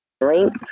Drink